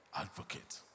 advocate